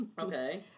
Okay